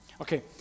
Okay